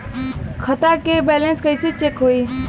खता के बैलेंस कइसे चेक होई?